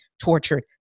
tortured